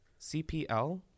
cpl